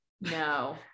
no